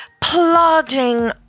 plodding